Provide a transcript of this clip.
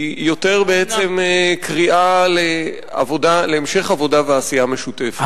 היא יותר קריאה להמשך עבודה ועשייה משותפת.